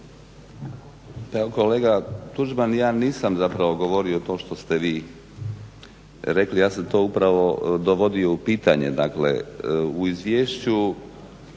kolega Tuđman, ja nisam zapravo govorio to što ste vi rekli, ja sam to upravo dovodio u pitanje. Dakle u izvješću